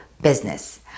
business